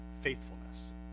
faithfulness